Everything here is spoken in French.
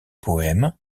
poèmes